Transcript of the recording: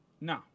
No